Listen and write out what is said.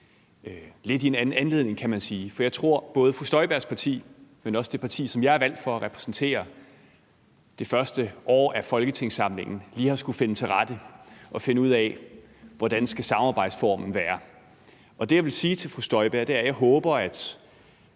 lidt i en anden anledning, kan man sige. Jeg tror, at både fru Inger Støjbergs parti og det parti, som jeg er valgt til at repræsentere, det første halvår af folketingssamlingen lige har skullet finde sig til rette og finde ud af, hvordan samarbejdsformen skal være. Det, jeg vil sige til fru Inger Støjberg, er, at jeg håber, at